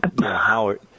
Howard